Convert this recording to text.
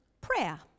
prayer